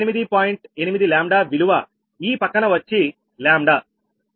8 𝜆 విలువ ఈ పక్కన వచ్చి 𝜆 ఈ